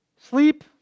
sleep